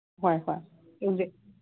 ꯍꯣꯏ ꯍꯣꯏ